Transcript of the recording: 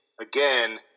again